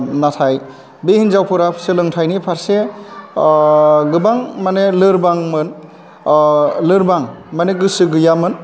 नाथाय बे हिन्जावफोरा सोलोंथाइ फारसे गोबां माने लोरबांमोन लोरबां माने गोसो गैयामोन